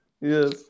Yes